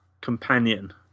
companion